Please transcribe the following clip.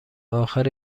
اخر